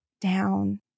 down